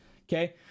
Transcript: Okay